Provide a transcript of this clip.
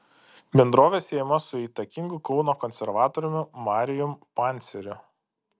bendrovė siejama su įtakingu kauno konservatoriumi marijum panceriu